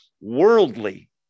worldly